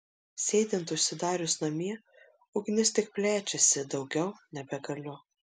sėdint užsidarius namie ugnis tik plečiasi daugiau nebegaliu